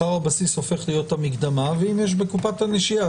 שכר הבסיס הופך להיות המקדמה ואם יש בקופת הנשייה,